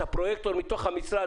את הפרויקטור מתוך המשרד,